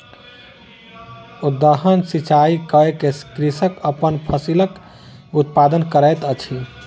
उद्वहन सिचाई कय के कृषक अपन फसिलक उत्पादन करैत अछि